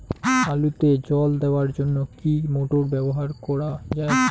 আলুতে জল দেওয়ার জন্য কি মোটর ব্যবহার করা যায়?